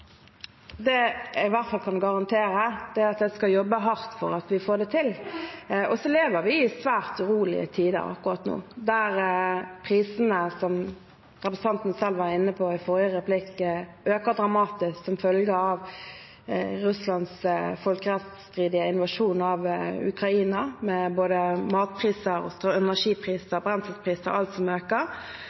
Det jeg i hvert fall kan garantere, er at jeg skal jobbe hardt for at vi får det til. Og så lever vi svært urolige tider akkurat nå, der prisene, som representanten selv var inne på i forrige replikk, øker dramatisk som følge av Russlands folkerettsstridige invasjon av Ukraina – både matpriser, energipriser og